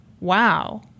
Wow